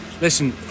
Listen